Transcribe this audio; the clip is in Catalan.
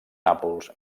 nàpols